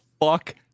fuck